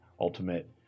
ultimate